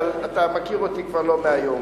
אבל אתה מכיר אותי לא מהיום,